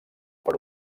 per